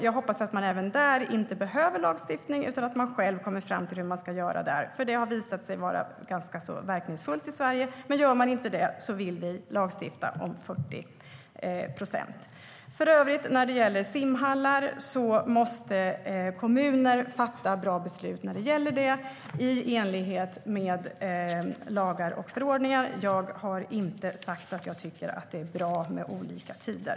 Jag hoppas att man även där inte behöver lagstiftning utan att man själv kommer fram till hur man ska göra. Det har visat sig vara ganska så verkningsfullt i Sverige. Men gör man inte det vill vi lagstifta om 40 procent. När det för övrigt gäller simhallar måste kommuner fatta bra beslut i enlighet med lagar och förordningar. Jag har inte sagt att jag tycker att det är bra med olika tider.